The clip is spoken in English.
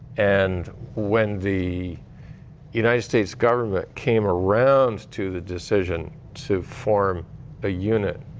and when the united states government came around to the decision to form a unit,